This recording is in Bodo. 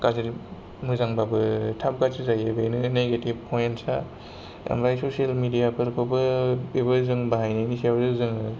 गाज्रि मोजां बाबो थाब गाज्रि जायो बेनो निगेटिब पइन्टसा आमफ्राय ससियेल मिडियाफोरखौबो बेबो जों बाहायनायनि हिसाबावसो जोङो